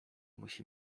musi